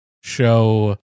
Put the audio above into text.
show